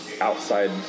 outside